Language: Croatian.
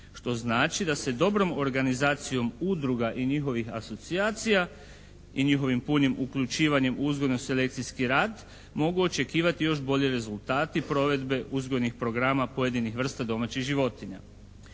Što znači da se dobrom organizacijom udruga i njihovih asocijacija i njihovim punim uključivanjem u uzgojno-selekcijski rad mogu očekivati još bolji rezultati provedbe uzgojnih programa pojedinih vrsta domaćih životinja.